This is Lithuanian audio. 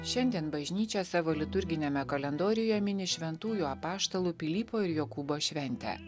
šiandien bažnyčia savo liturginiame kalendoriuje mini šventųjų apaštalų pilypo ir jokūbo šventę